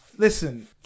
Listen